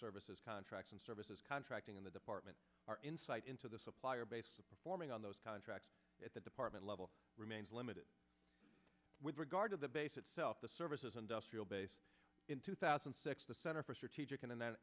services contracts and services contracting in the department our insight into the supplier base forming on those contracts at the department level remains limited with regard to the base itself the services industrial base in two thousand and six the center for strategic and